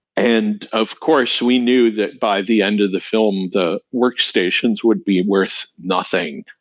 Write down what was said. and of course, we knew that by the end of the film, the workstations would be worth nothing,